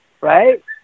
right